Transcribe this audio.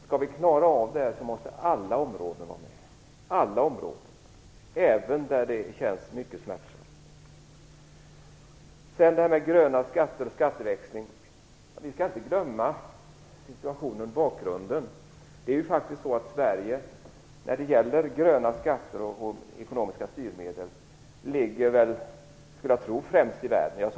Skall vi klara det här måste alla områden vara med, även där det känns mycket smärtsamt. Gröna skatter och skatteväxling: Vi skall inte glömma bakgrunden. När det gäller gröna skatter och ekonomiska styrmedel är faktiskt Sverige i förhållande till folkmängden främst i världen, skulle jag tro.